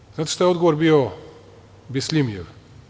Da li znate šta je odgovor bio Bisljimijev?